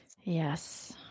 Yes